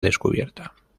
descubierta